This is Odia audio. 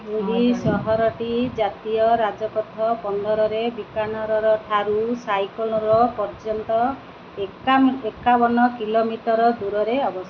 ଏହି ସହରଟି ଜାତୀୟ ରାଜପଥ ପନ୍ଦରରେ ବିକାନେର ଠାରୁ ଜାଇସଲମର୍ ପର୍ଯ୍ୟନ୍ତ ଏକା ଏକାବନ କିଲୋମିଟର ଦୂରରେ ଅବସ୍ଥିତ